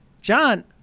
John